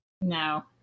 no